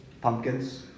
pumpkins